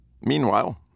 Meanwhile